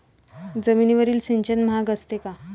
जमिनीवरील सिंचन महाग असते का?